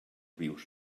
vius